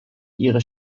ihre